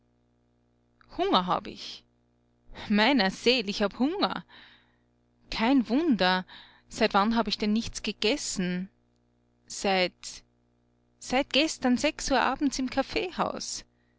hunger hab ich meiner seel ich hab hunger kein wunder seit wann hab ich denn nichts gegessen seit seit gestern sechs uhr abends im kaffeehaus